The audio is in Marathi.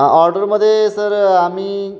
ऑर्डरमध्ये सर आम्ही